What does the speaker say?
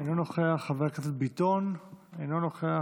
אינו נוכח, חבר הכנסת ביטון, אינו נוכח.